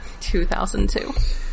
2002